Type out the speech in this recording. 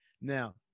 now